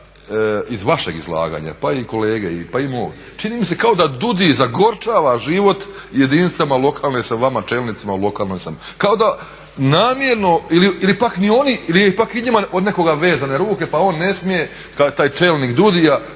iz vašeg izlaganja pa i kolege pa i mog, čini mi se kao da DUUDI zagorčava život jedinicama lokalne samouprave, vama čelnicima u lokalnoj samoupravi. Kao da namjerno ili su pak i njima od nekoga vezane ruke pa on ne smije, taj čelnik DUUDI-ja